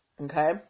Okay